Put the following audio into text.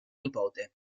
nipote